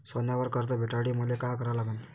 सोन्यावर कर्ज भेटासाठी मले का करा लागन?